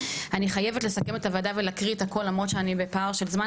אני חייבת לסכם את הוועדה ולהקריא את הכול למרות שאני בפער של זמן,